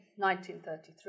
1933